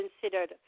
considered